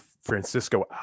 Francisco